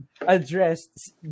addressed